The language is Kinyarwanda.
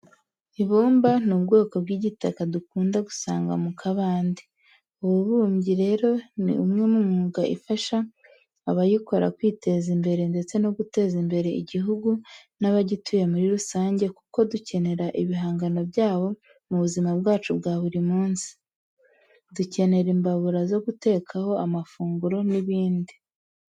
Ibumba ni ubwoko by'igitaka dukunda gusanga mu kabande. Ububumbyi rero ni umwe mu myuga ifasha abayikora kwiteza imbere ndetse no guteza imbere igihugu n'abagituye muri rusange kuko dukenera ibihangano byabo mu buzima bwacu bwa buri munsi. Dukenera imbabura zo gutekaho amafunguro n'ibindi.